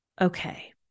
okay